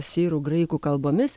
sirų graikų kalbomis